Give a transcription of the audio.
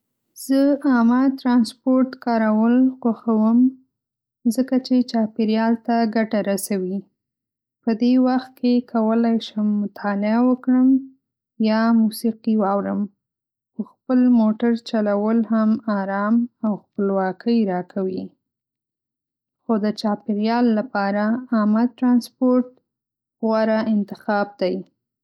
زه عامه ترانسپورت کارول خوښوم ځکه چې چاپېریال ته ګټه رسوي. په دې وخت کې کولی شم مطالعه وکړم یا موسیقي واورم. خو خپل موټر چلول هم ارام او خپلواکۍ راکوي. خو د چاپېریال لپاره عامه ترانسپورت غوره انتخاب دی.